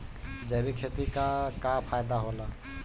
जैविक खेती क का फायदा होला?